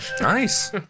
Nice